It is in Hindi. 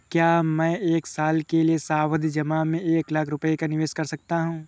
क्या मैं एक साल के लिए सावधि जमा में एक लाख रुपये निवेश कर सकता हूँ?